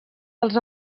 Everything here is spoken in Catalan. pels